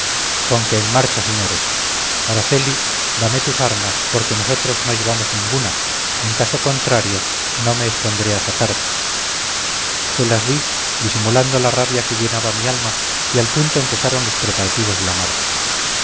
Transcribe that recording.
pueblos conque en marcha señores araceli dame tus armas porque nosotros no llevamos ninguna en caso contrario no me expondré a sacarte se las di disimulando la rabia que llenaba mi alma y al punto empezaron los preparativos de marcha